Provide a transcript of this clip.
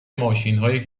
ماشینهای